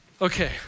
Okay